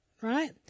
right